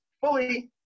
fully